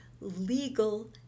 legal